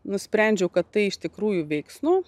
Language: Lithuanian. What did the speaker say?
nusprendžiau kad tai iš tikrųjų veiksnu